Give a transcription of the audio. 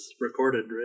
recorded